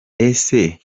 ese